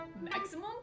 Maximum